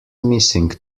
missing